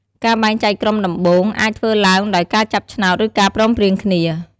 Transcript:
ការបែងចែកក្រុមដំបូង អាចធ្វើឡើងដោយការចាប់ឆ្នោត ឬការព្រមព្រៀងគ្នា។